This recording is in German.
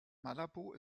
malabo